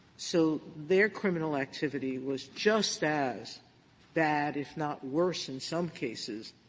so their criminal activity was just as bad, if not worse in some cases,